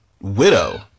widow